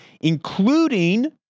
including